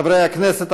חברי הכנסת,